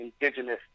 indigenous